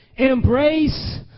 embrace